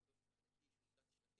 מנת שנהיה יותר מדויקים מבחינת העבודה שלנו.